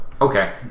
Okay